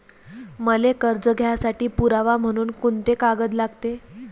मले कर्ज घ्यासाठी पुरावा म्हनून कुंते कागद लागते?